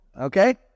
Okay